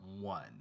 one